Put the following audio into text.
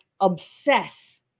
obsess